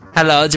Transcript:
Hello